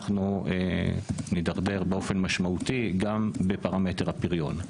אנחנו נדרדר באופן משמעותי גם בפרמטר הפריון.